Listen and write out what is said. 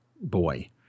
boy